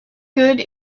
good